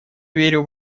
верю